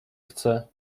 chce